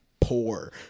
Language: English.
Poor